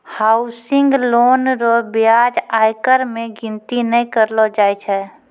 housing loan रो ब्याज आयकर मे गिनती नै करलो जाय छै